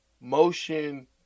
motion